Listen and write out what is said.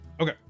Okay